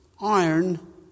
iron